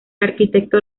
arquitecto